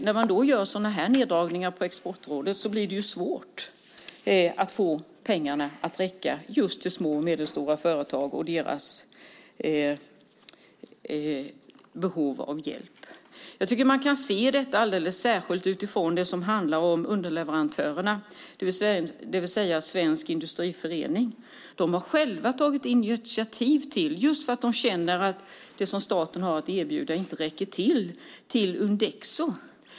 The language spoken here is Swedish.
När man gör sådana neddragningar på Exportrådet som det nu är fråga om blir det svårt att få pengarna att räcka för just små och medelstora företag och deras behov av hjälp. Man kan särskilt se detta när det gäller underleverantörerna, det vill säga Svensk Industriförening. De har själva tagit initiativ till Undexo eftersom de känner att det som staten har att erbjuda inte räcker till.